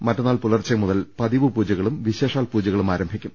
മറ്റന്നാൾ പുലർച്ചെ മുതൽ പതിവുപൂജകളും വിശേഷാൽ പൂജകളും ആരംഭിക്കും